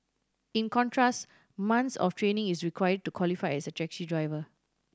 in contrast months of training is required to qualify as a taxi driver